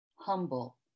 humble